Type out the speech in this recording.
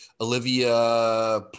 olivia